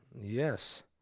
yes